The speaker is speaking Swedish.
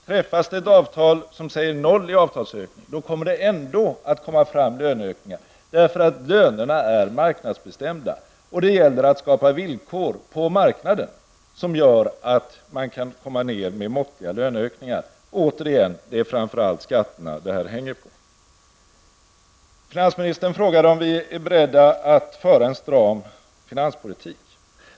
Träffas det ett avtal som säger att det blir noll i avtalsökning, så kommer det ändå löneökningar, eftersom lönerna är marknadsbestämda. Det gäller att skapa villkor på marknaden som gör att man kan komma ner till måttliga löneökningar. Återigen: Det är framför allt skatterna det hänger på. Finansministern frågade om vi är beredda att föra en stram finanspolitik.